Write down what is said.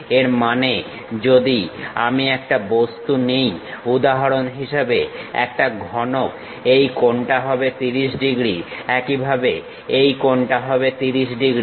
এর মানে যদি আমি একটা বস্তু নিই উদাহরণ হিসেবে একটা ঘনক এই কোণটা হবে 30 ডিগ্রী একইভাবে এই কোণটা হবে 30 ডিগ্রী